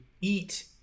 eat